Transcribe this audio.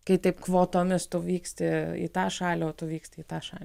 kai taip kvotomis tu vyksti į tą šalį o tu vyksti į tą šalį